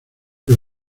por